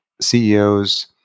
CEOs